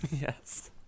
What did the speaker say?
Yes